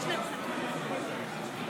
אני מתכבד להציג בפני הכנסת לקריאה השנייה